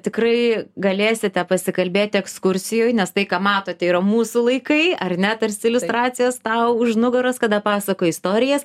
tikrai galėsite pasikalbėti ekskursijoj nes tai ką matote yra mūsų laikai ar ne tarsi iliustracijas tau už nugaros kada pasakoj istorijas